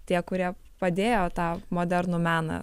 tie kurie padėjo tą modernų meną